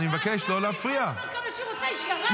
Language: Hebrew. שטויות כמו שאת בדרך כלל מדברת?